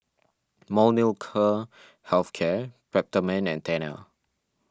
Molnylcke Health Care Peptamen and Tena